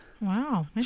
Wow